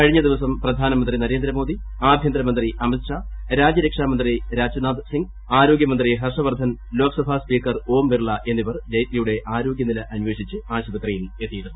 കഴിഞ്ഞ ദിവസം പ്രധാനമന്ത്രി നരേന്ദ്രമോദി ആഭ്യന്തരമന്ത്രി അമിത്ഷാ രാജ്യരക്ഷാ മന്ത്രി രാജ്നാഥ്സിംഗ് ആരോഗ്യമന്ത്രി ഹർഷവർദ്ധൻ ലോക്സഭാ സ്പീക്കർ ഓം ബിർല എന്നിവർ ജയ്റ്റ്ലിയുടെ ആരോഗ്യനില അന്വേഷിച്ച് ആശുപത്രിയിൽ എത്തിയിരുന്നു